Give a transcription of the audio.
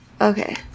Okay